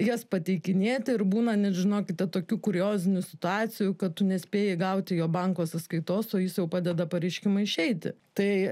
jas pateikinėti ir būna net žinokite tokių kuriozinių situacijų kad tu nespėjai gauti jo banko sąskaitos o jis jau padeda pareiškimą išeiti tai